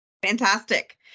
Fantastic